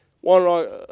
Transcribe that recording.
one